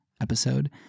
episode